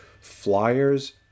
Flyers